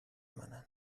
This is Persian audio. منن